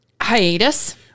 hiatus